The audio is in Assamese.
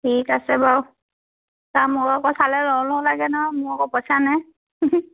ঠিক আছে বাৰু তাত মোৰো আকৌ চালে লও লও লাগে নহয় মোৰ আকৌ পইচা নাই